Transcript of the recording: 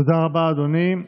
תודה רבה, אדוני.